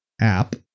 app